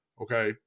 Okay